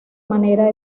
manera